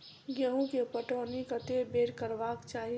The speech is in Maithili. गेंहूँ केँ पटौनी कत्ते बेर करबाक चाहि?